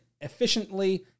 efficiently